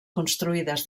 construïdes